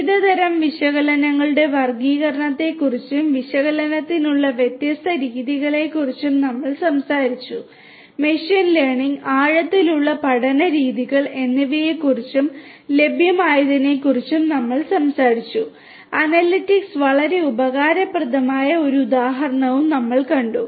വിവിധ തരം വിശകലനങ്ങളുടെ വർഗ്ഗീകരണത്തെക്കുറിച്ചും വിശകലനത്തിനുള്ള വ്യത്യസ്ത രീതികളെക്കുറിച്ചും ഞങ്ങൾ സംസാരിച്ചു മെഷീൻ ലേണിംഗ് ആഴത്തിലുള്ള പഠന രീതികൾ എന്നിവയെക്കുറിച്ചും ലഭ്യമായതിനെക്കുറിച്ചും ഞങ്ങൾ സംസാരിച്ചു അനലിറ്റിക്സ് വളരെ ഉപകാരപ്രദമായ ഒരു ഉദാഹരണവും ഞങ്ങൾ കണ്ടു